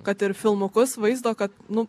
kad ir filmukus vaizdo kad nu